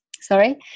Sorry